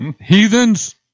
Heathens